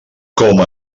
com